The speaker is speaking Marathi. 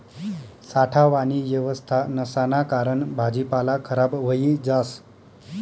साठावानी येवस्था नसाना कारण भाजीपाला खराब व्हयी जास